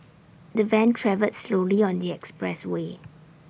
the van travelled slowly on the expressway